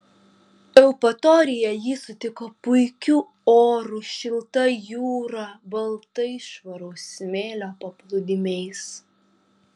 eupatorija jį sutiko puikiu oru šilta jūra baltais švaraus smėlio paplūdimiais